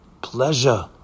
pleasure